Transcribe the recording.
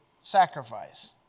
sacrifice